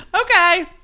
Okay